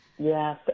Yes